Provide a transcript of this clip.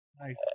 Nice